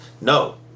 No